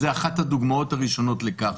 זו אחת הדוגמאות הראשונות לכך.